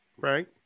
right